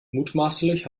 mutmaßlich